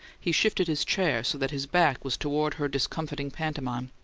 he shifted his chair so that his back was toward her discomfiting pantomime.